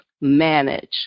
manage